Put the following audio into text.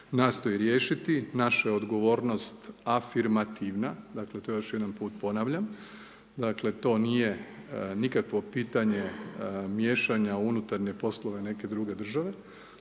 nastoji riješiti. Naša je odgovornost afirmativna, dakle to još jedan put ponavljam, dakle to nije nikakvo pitanje miješanja u unutarnje poslove neke druge države,